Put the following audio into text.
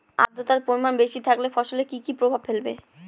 আদ্রর্তার পরিমান বেশি থাকলে ফসলে কি কি প্রভাব ফেলবে?